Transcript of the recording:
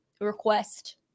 request